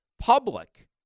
public